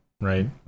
right